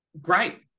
great